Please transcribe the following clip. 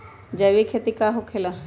जैविक खेती का होखे ला?